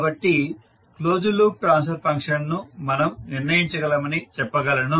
కాబట్టి closed loop transfer ఫంక్షన్ను మనం నిర్ణయించగలమని చెప్పగలను